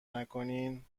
نکنین